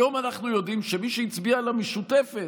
היום אנחנו יודעים שמי שהצביע למשותפת,